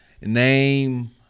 Name